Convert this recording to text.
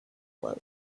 float